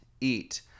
eat